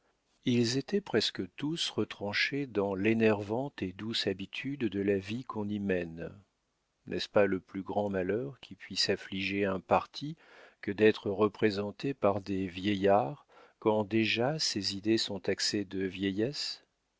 ils étaient presque tous retranchés dans l'énervante et douce habitude de la vie qu'on y mène n'est-ce pas le plus grand malheur qui puisse affliger un parti que d'être représenté par des vieillards quand déjà ses idées sont taxées de vieillesse